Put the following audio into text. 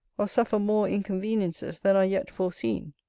or suffer more inconveniences than are yet foreseen.